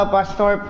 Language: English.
Pastor